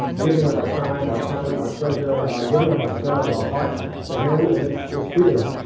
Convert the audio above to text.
giving of our time, our talent, our treasure, giving of ourselves, our hearts to him and it's it's fear.